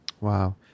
Wow